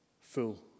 full